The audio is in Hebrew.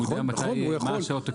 נכון, נכון.